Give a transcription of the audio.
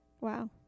wow